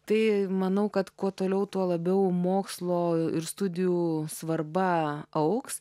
tai manau kad kuo toliau tuo labiau mokslo ir studijų svarba augs